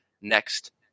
next